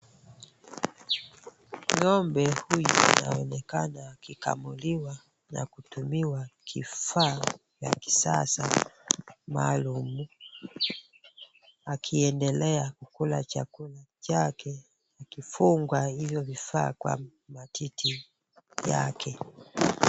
Ng'ombe huyu anaonekana akikamuliwa kwa kutumia kifaa ya kisasa maalum akiendelea kukula chakula chake, akifungwa vifaa hivyo kwenye matiti yake.